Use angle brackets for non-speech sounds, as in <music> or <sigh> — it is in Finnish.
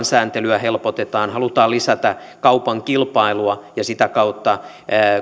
<unintelligible> sääntelyä helpotetaan halutaan lisätä kaupan kilpailua ja sitä kautta